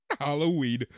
Halloween